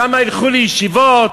כמה ילכו לישיבות,